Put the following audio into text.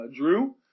Drew